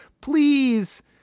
Please